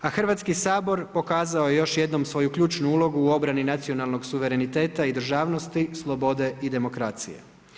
A Hrvatski sabor pokazao je još jednom svoju ključnu ulogu u obrani nacionalnog suvereniteta i državnosti, slobode i demokracije.